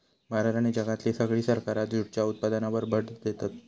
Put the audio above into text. भारत आणि जगातली सगळी सरकारा जूटच्या उत्पादनावर भर देतत